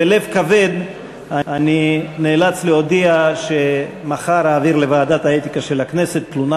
בלב כבד אני נאלץ להודיע שמחר אעביר לוועדת האתיקה של הכנסת תלונה